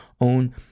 own